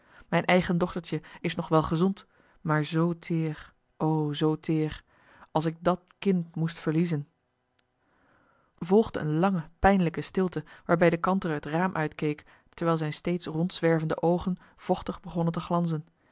mijn eigen dochtertje is nog wel gezond maar zoo teer o zoo teer als ik dat kind moest verliezen volgde een lange pijnlijke stilte waarbij de kantere het raam uitkeek terwijl zijn steeds rondzwervende oogen vochtig begonnen te glanzen